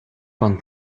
pan